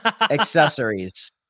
accessories